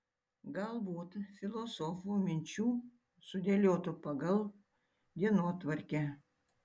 galbūt filosofų minčių sudėliotų pagal dienotvarkę